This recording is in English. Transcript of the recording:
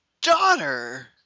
daughter